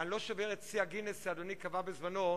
אני לא שובר את שיא גינס שאדוני קבע בזמנו,